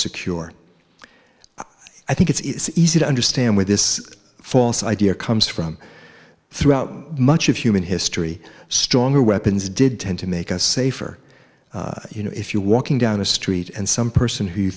secure i think it's easy to understand where this false idea comes from throughout much of human history stronger weapons did tend to make us safer you know if you walking down a street and some person who you